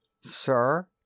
Sir